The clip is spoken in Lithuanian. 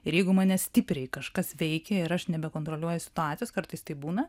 ir jeigu mane stipriai kažkas veikia ir aš nebekontroliuoju situacijos kartais taip būna